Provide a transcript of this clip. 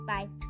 Bye